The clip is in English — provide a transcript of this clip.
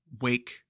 Wake